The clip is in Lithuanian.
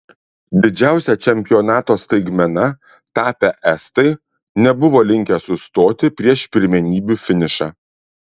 didžiausia čempionato staigmena tapę estai nebuvo linkę sustoti prieš pirmenybių finišą